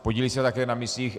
Podílí se také na misích EU.